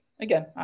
again